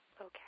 Okay